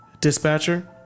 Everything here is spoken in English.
Dispatcher